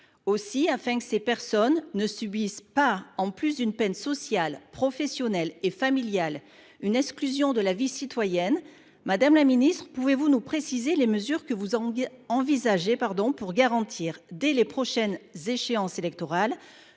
Ainsi, afin que ces personnes ne subissent pas, en plus d’une peine sociale, professionnelle et familiale, une exclusion de la vie citoyenne, pouvez vous nous préciser, madame la ministre, les mesures que vous envisagez de prendre pour garantir, dès les prochaines échéances électorales,